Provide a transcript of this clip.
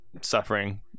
suffering